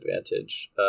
advantage